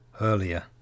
earlier